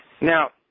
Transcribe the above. Now